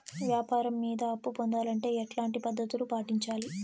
వ్యాపారం మీద అప్పు పొందాలంటే ఎట్లాంటి పద్ధతులు పాటించాలి?